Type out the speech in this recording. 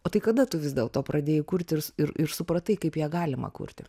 o tai kada tu vis dėlto pradėjai kurti ir ir ir supratai kaip ją galima kurti